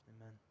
amen